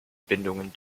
bindungen